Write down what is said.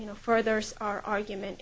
you know furthers our argument